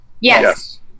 Yes